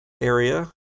area